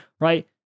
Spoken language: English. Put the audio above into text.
right